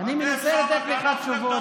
גם הם יקבלו חשמל?